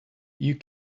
you